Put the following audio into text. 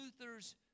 Luther's